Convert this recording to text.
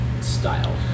style